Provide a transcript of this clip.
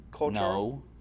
no